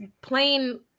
plain